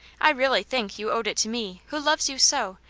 i really think you owed it to me, who loves you so,